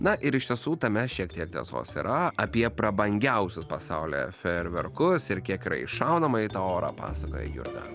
na ir iš tiesų tame šiek tiek tiesos yra apie prabangiausius pasaule fejerverkus ir kiek yra iššaunama į tą orą pasakoja jurga